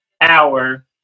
hour